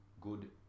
good